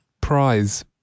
Prize